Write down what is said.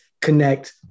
connect